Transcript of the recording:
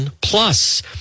Plus